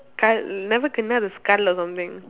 skull never kena the skull or something